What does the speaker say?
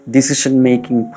Decision-making